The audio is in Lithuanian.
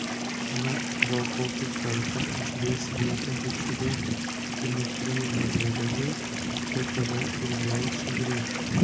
na gal kokį kartą užleis vietą bičiuliui dmitrijui medvedevui bet tada ir vėl sugrįš